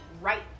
right